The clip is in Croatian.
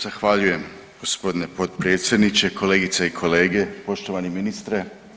Zahvaljujem gospodine potpredsjedniče, kolegice i kolege, poštovani ministre.